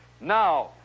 now